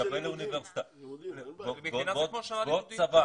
להתקבל לאוניברסיטה ועוד צבא,